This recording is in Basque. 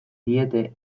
diete